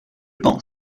pense